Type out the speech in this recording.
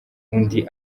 undi